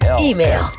Email